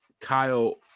Kyle